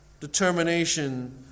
determination